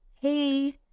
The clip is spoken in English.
hey